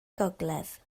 gogledd